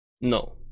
No